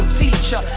teacher